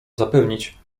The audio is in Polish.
zapewnić